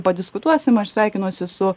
padiskutuosim aš sveikinuosi su